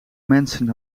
mensen